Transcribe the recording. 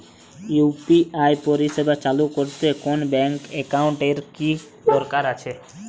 UPI পরিষেবা চালু করতে কোন ব্যকিং একাউন্ট এর কি দরকার আছে?